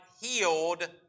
healed